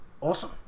awesome